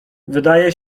wydaje